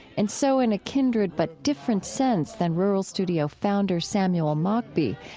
and so in a kindred, but different sense than rural studio founder samuel mockbee,